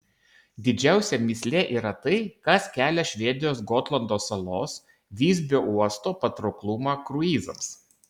didžiausia mįslė yra tai kas kelia švedijos gotlando salos visbio uosto patrauklumą kruizams